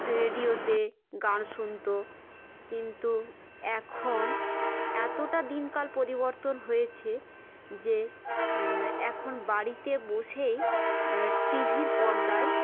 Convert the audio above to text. রেডিওতে গান শুনত কিন্তু এখন এতটা দিনকাল পরিবর্তন হয়েছে যে এখন বাড়িতে বসেই টি ভির পর্দায়